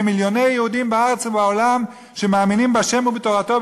מיליוני יהודים בארץ ובעולם שמאמינים בה' ובתורתנו,